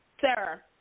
Sarah